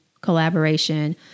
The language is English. collaboration